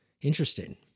interesting